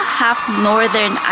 half-Northern